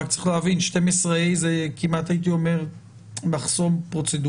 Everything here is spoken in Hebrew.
רק צריך להבין: כמעט הייתי אומר ש-12(ה) זה מחסום פרוצדוראלי,